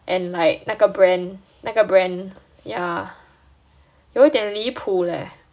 and like 那个 brand 那个 brand 有点离谱 leh